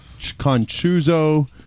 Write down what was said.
Conchuzo